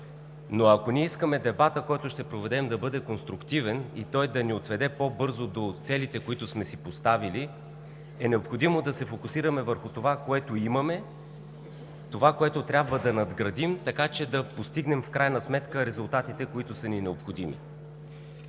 Ако искаме дебатът, който ще проведем, да бъде конструктивен и той да ни отведе по-бързо до целите, които сме си поставили, е необходимо да се фокусираме върху това, което имаме, това, което трябва да надградим, така че да постигнем в крайна сметка резултатите, които са ни необходими.